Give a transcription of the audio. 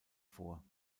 vor